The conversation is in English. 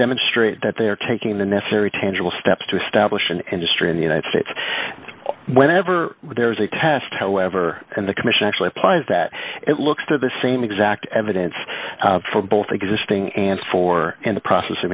demonstrate that they are taking the necessary tangible steps to establish an industry in the united states whenever there is a test however and the commission actually applies that it looks to the same exact evidence for both existing and for in the process of